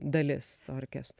dalis to orkestro